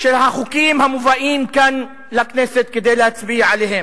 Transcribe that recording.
של החוקים המובאים כאן לכנסת להצבעה.